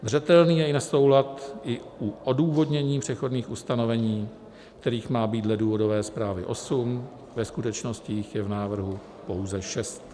Zřetelný je i nesoulad u odůvodnění přechodných ustanovení, kterých má být dle důvodové zprávy osm, ve skutečnosti jich je v návrhu pouze šest.